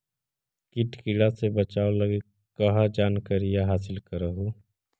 किट किड़ा से बचाब लगी कहा जानकारीया हासिल कर हू?